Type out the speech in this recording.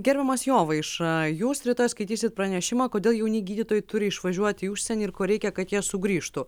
gerbiamas jovaiša jūs rytoj skaitysit pranešimą kodėl jauni gydytojai turi išvažiuoti į užsienį ir ko reikia kad jie sugrįžtų